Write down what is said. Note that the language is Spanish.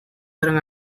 eran